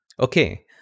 Okay